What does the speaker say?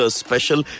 special